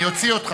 אני אוציא אותך.